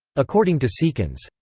according to seekins,